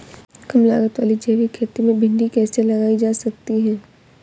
कम लागत वाली जैविक खेती में भिंडी कैसे लगाई जा सकती है?